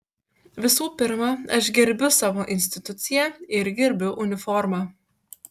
visų pirma aš gerbiu savo instituciją ir gerbiu uniformą